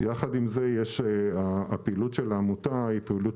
עם זאת, הפעילות של העמותה היא פעילות